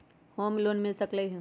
Home loan मिल सकलइ ह?